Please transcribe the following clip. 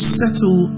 settle